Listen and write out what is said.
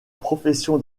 profession